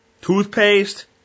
toothpaste